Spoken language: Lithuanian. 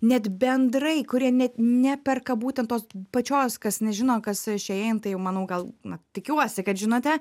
net bendrai kurie net neperka būtent tos pačios kas nežino kas šein tai manau gal na tikiuosi kad žinote